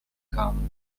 became